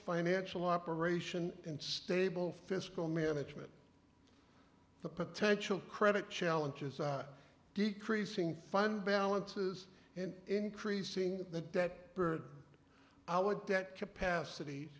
financial operation and stable fiscal management the potential credit challenges are decreasing fine balances and increasing the debt burden our debt capacity